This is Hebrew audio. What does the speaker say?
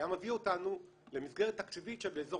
היה מביא אותנו למסגרת תקציבית של באזור